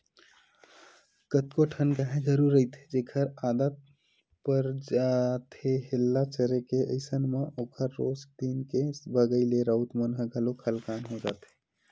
कतको ठन गाय गरु रहिथे जेखर आदत पर जाथे हेल्ला चरे के अइसन म ओखर रोज दिन के भगई ले राउत मन ह घलोक हलाकान हो जाथे